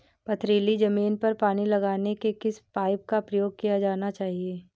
पथरीली ज़मीन पर पानी लगाने के किस पाइप का प्रयोग किया जाना चाहिए?